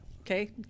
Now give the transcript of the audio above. Okay